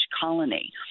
colony